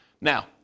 Now